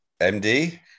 MD